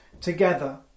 together